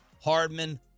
hardman